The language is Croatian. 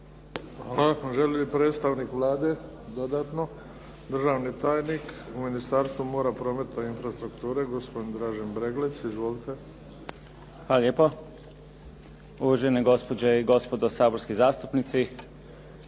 Hvala. Želi li predstavnik Vlade dodatno? Državni tajnik u Ministarstvu mora, prometa i infrastrukture, gospodin Dražen Breglec. Izvolite. **Breglec, Dražen** Hvala lijepo. Uvažene gospođe i gospodo saborski zastupnici,